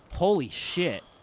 holy shit.